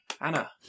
Anna